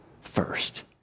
first